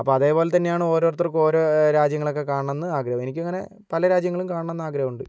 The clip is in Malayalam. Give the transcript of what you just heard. അപ്പോൾ അതേപോലെ തന്നെയാണ് ഓരോരുത്തർക്ക് ഓരോ രാജ്യങ്ങളൊക്കെ കാണണമെന്ന് ആഗ്രഹം എനിക്കങ്ങനെ പല രാജ്യങ്ങളും കാണണമെന്ന് ആഗ്രഹമുണ്ട്